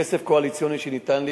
כסף קואליציוני שניתן לי,